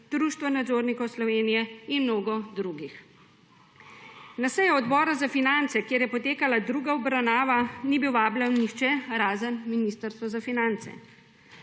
Društvo nadzornikov Slovenije in mnogo drugih. Na sejo Odbora za finance, kjer je potekala druga obravnava, ni bil vabljen nihče, razen Ministrstva za finance.